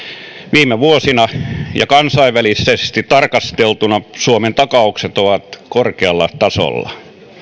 viime vuosina ja kansainvälisesti tarkasteltuna suomen takaukset ovat korkealla tasolla